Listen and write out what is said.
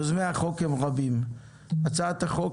יוזמי החוק הם רבים: הצעת חוק